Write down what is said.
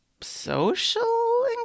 social